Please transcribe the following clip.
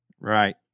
Right